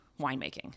winemaking